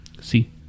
See